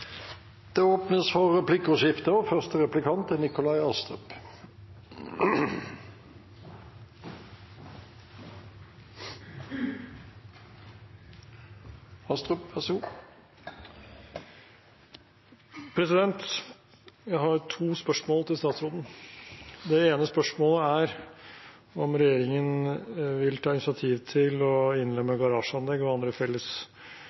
har to spørsmål til statsråden. Det ene spørsmålet er om regjeringen vil ta initiativ til å innlemme garasjeanlegg og andre